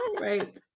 Right